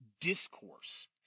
discourse